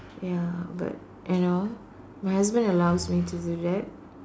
ya but I know my husband allows me to do that